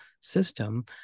system